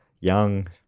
young